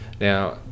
now